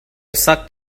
sucked